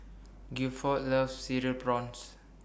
Guilford loves Cereal Prawns